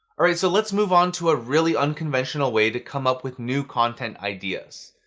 alright, so let's move on to a really unconventional way to come up with new content ideas.